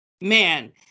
man